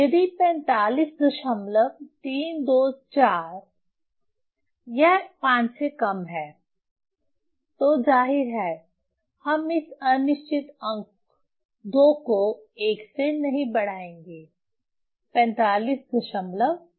यदि 45324 यह 5 से कम है तो जाहिर है हम इस अनिश्चित अंक 2 को 1 से नहीं बढ़ाएंगे 4532